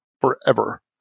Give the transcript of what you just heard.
forever